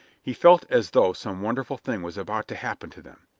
he felt as though some wonderful thing was about to happen to them.